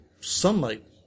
sunlight